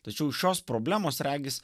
tačiau šios problemos regis